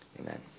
Amen